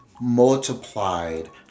multiplied